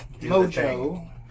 Mojo